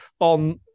on